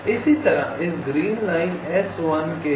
इसी तरह इस ग्रीन लाइन S1 के लिए